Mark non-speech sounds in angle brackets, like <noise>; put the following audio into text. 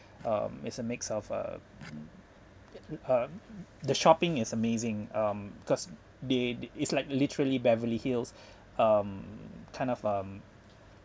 <breath> um it's a mix of uh <noise> uh the shopping is amazing um cause they the it's like literally beverly hills um kind of um